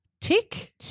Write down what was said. Tick